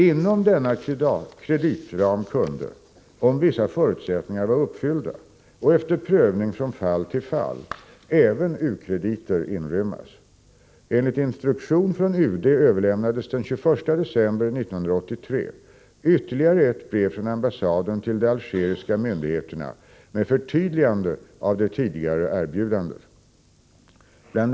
Inom denna kreditram kunde, om vissa förutsättningar var uppfyllda och efter prövning från fall till fall, även u-krediter inrymmas. Enligt instruktion från UD överlämnades den 21 december 1983 ytterligare ett brev från ambassaden till de algeriska myndigheterna med förtydligande av det tidigare erbjudandet. Bl.